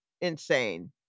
insane